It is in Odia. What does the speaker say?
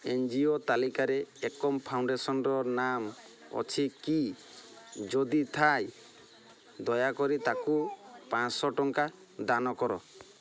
ଏନ୍ ଜି ଓ ତାଲିକାରେ ଏକମ୍ ଫାଉଣ୍ଡେସନ୍ର ନାମ ଅଛି କି ଯଦି ଥାଏ ଦୟାକରି ତା'କୁ ପାଞ୍ଚ ଶହ ଟଙ୍କା ଦାନ କର